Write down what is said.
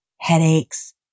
headaches